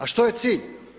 A što je cilj?